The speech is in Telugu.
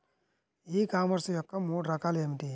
ఈ కామర్స్ యొక్క మూడు రకాలు ఏమిటి?